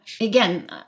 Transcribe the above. again